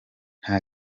nta